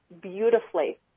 beautifully